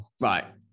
Right